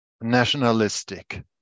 nationalistic